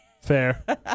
Fair